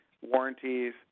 warranties